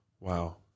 Wow